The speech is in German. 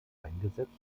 eingesetzt